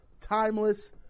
timeless